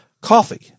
coffee